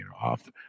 off